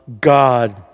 God